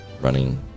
running